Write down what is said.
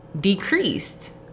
decreased